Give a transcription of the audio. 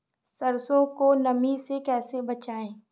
सरसो को नमी से कैसे बचाएं?